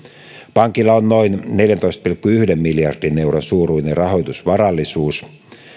pankilla on noin neljäntoista pilkku yhden miljardin euron suuruinen rahoitusvarallisuus